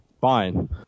fine